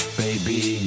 baby